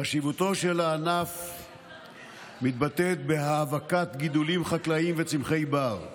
חשיבותו של הענף מתבטאת בהאבקת גידולים חקלאיים וצמחי בר.